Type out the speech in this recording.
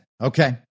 okay